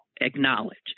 acknowledge